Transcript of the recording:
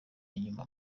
nyuma